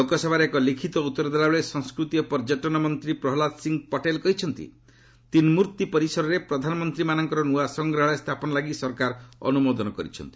ଲୋକସଭାରେ ଏକ ଲିଖିତ ଉତ୍ତର ଦେଲାବେଳେ ସଂସ୍କୃତି ଓ ପର୍ଯ୍ୟଟନ ମନ୍ତ୍ରୀ ପ୍ରହଲାଦ ସିଂହ ପଟେଲ କହିଛନ୍ତି ତିନ୍ମୂର୍ଭି ପରିସରରେ ପ୍ରଧାନମନ୍ତ୍ରୀମାନଙ୍କର ନୂଆ ସଂଗ୍ରହାଳୟ ସ୍ଥାପନ ଲାଗି ସରକାର ଅନୁମୋଦନ କରିଛନ୍ତି